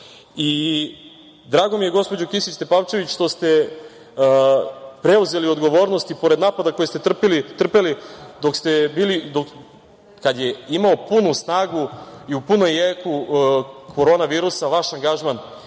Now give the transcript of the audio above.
jača. Drago mi je, gospođo Kisić Tepavčević, što ste preuzeli odgovornost i pored napada koje ste trpeli dok ste bili, kad je imao punu snagu i u punom jeku Korona virusa, vaš angažman